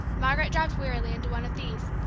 margaret dropped wearily into one of these,